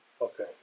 Okay